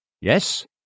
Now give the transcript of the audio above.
Yes